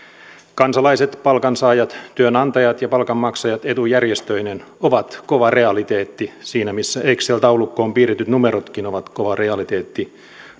kansalaiset palkansaajat työnantajat ja palkanmaksajat etujärjestöineen ovat kova realiteetti siinä missä excel taulukkoon piirretyt numerotkin ovat kova realiteetti